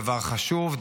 דבר חשוב,